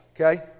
Okay